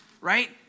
right